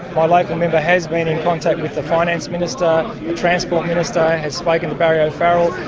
my local member has been in contact with the finance minister, the transport minister has spoken to barry o'farrell,